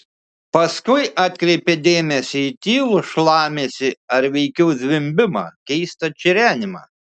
paskui atkreipė dėmesį į tylų šlamesį ar veikiau zvimbimą keistą čirenimą